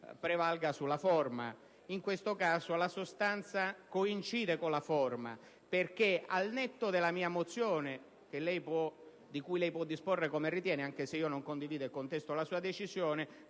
prevalga sulla forma. In questo caso, la sostanza coincide con la forma perché al netto della mia mozione (di cui lei può disporre come ritiene, anche se non condivido e contesto la sua decisione)